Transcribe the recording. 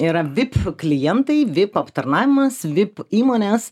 yra vip klientai vip aptarnavimas vip įmonės